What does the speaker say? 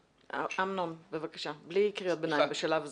אמנון, בבקשה, בלי קריאות ביניים בשלב הזה.